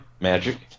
magic